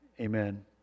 amen